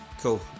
Cool